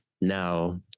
Now